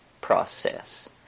process